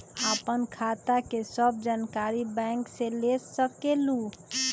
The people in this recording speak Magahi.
आपन खाता के सब जानकारी बैंक से ले सकेलु?